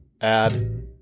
Add